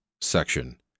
section